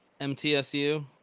MTSU